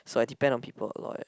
so I depend on people a lot